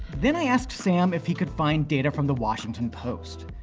then i asked sam if he could find data from the washington post.